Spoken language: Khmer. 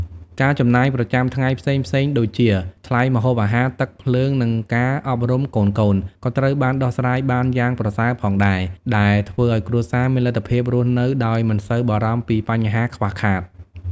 ការចំណាយប្រចាំថ្ងៃផ្សេងៗដូចជា ថ្លៃម្ហូបអាហារ ទឹក ភ្លើង និងការអប់រំកូនៗ ក៏ត្រូវបានដោះស្រាយបានយ៉ាងប្រសើរផងដែរ ដែលធ្វើឱ្យគ្រួសារមានលទ្ធភាពរស់នៅដោយមិនសូវបារម្ភពីបញ្ហាខ្វះខាត។